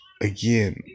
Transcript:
Again